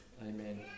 amen